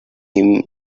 him